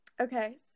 Okay